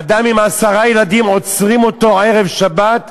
אדם עם עשרה ילדים, עוצרים אותו ערב שבת,